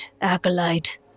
Acolyte